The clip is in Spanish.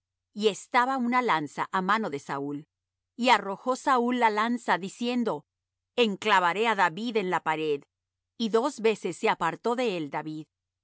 y estaba una lanza á mano de saúl y arrojó saúl la lanza diciendo enclavaré á david en la pared y dos veces se apartó de él david